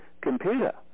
computer